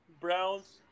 Browns